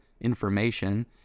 information